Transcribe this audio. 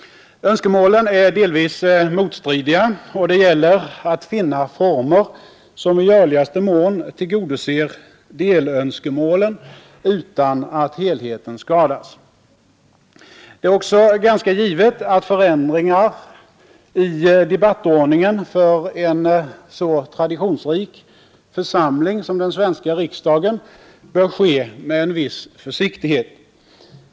Önskemålen är delvis motstridiga, och det gäller att finna former som i görligaste mån tillgodoser delönskemålen utan att helheten skadas. Det är också ganska givet att förändringar i debattordningen för en så traditionsrik församling som den svenska riksdagen bör ske med en viss försiktighet.